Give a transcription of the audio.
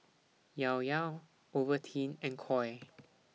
Llao Llao Ovaltine and Koi